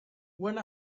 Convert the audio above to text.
one